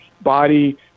body